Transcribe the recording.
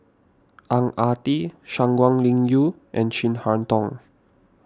Ang Ah Tee Shangguan Liuyun and Chin Harn Tong